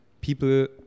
people